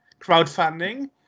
crowdfunding